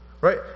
Right